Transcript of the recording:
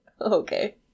Okay